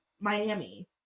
Miami